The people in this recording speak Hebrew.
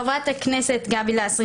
חה"כ גבי לסקי,